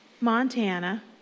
Montana